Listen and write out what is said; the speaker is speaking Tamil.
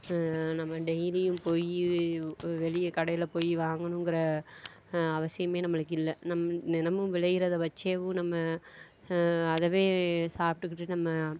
நம்ம டெய்லியும் போய் வெளியே கடையில் போய் வாங்கணுங்கிற அவசியமே நம்மளுக்கு இல்லை நம் தினமும் விளையிறதை வச்சேயும் நம்ம அதுவே சாப்பிட்டுக்கிட்டு நம்ம